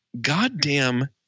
goddamn